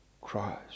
Christ